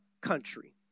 country